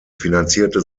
finanzierte